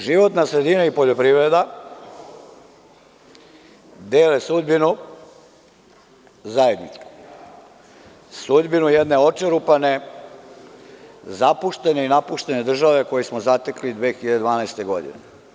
Životna sredina i poljoprivreda dele sudbinu zajedničku, sudbinu jedne očerupane, zapuštene i napuštene države koju smo zatekli 2012. godine.